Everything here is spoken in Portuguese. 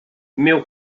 meu